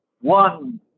One